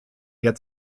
der